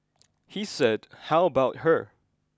he said how about her